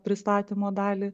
pristatymo dalį